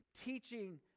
teaching